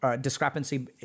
discrepancy